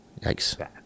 Yikes